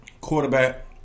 quarterback